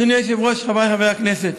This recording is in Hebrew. אדוני היושב-ראש, חבריי חברי הכנסת,